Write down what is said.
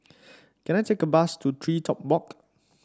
can I take a bus to TreeTop Walk